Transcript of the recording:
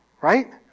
Right